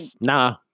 Nah